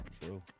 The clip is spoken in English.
True